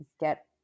get